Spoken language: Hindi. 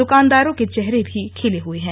दुकानदारों के चेहरे भी खिले हुए हैं